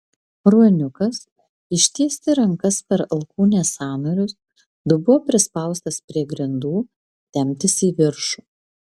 ruoniukas ištiesti rankas per alkūnės sąnarius dubuo prispaustas prie grindų temptis į viršų